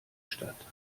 statt